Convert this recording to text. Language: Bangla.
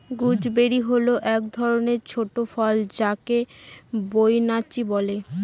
গুজবেরি হল এক ধরনের ছোট ফল যাকে বৈনচি বলে